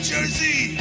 Jersey